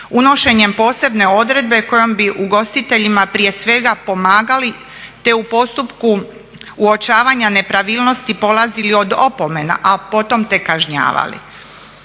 Unošenjem posebne odredbe kojom bi ugostiteljima prije svega pomagali te u postupku uočavanja nepravilnosti polazili od opomena a potom tek kažnjavali.